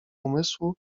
umysłu